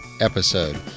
episode